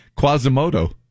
Quasimodo